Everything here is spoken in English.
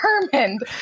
determined